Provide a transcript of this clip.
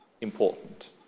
important